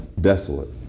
desolate